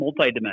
multidimensional